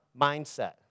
Mindset